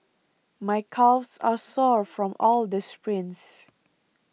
my calves are sore from all the sprints